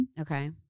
Okay